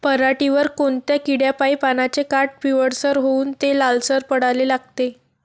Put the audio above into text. पऱ्हाटीवर कोनत्या किड्यापाई पानाचे काठं पिवळसर होऊन ते लालसर पडाले लागते?